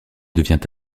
devient